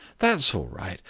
that's all right.